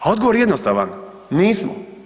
A odgovor je jednostavan, nismo.